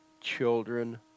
children